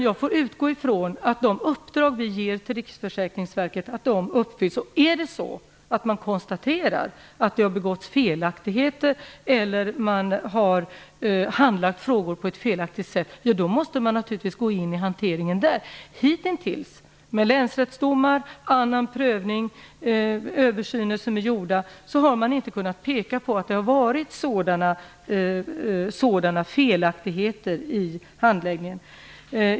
Jag får utgå från att de uppdrag som vi ger till Riksförsäkringsverket utförs. Om det skulle konstateras att det har begåtts felaktigheter eller att frågor har handlagts på ett felaktigt sätt, måste man naturligtvis gå in i verkets hantering. Hitintills har man i samband med länsrättsdomar, annan prövning eller andra översyner som gjorts inte kunnat peka på några felaktigheter i handläggningen.